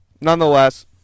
nonetheless